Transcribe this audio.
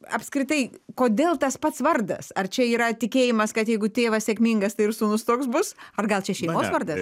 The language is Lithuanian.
apskritai kodėl tas pats vardas ar čia yra tikėjimas kad jeigu tėvas sėkmingas tai ir sunus toks bus ar gal čia šeimos vardas